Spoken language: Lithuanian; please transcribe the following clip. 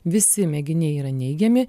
visi mėginiai yra neigiami